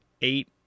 eight